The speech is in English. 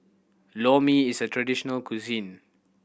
Lor Mee is a traditional cuisine